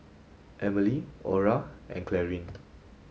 Emelie Orra and Clarine